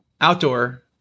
outdoor